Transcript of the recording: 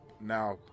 now